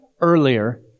earlier